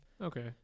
Okay